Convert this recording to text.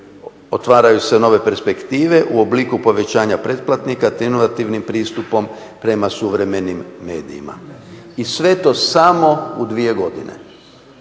otvaraju se nove perspektive u obliku povećanja pretplatnika te inovativnim pristupom prema suvremenim medijima. I sve to samo u dvije godine.